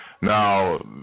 Now